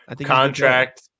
Contract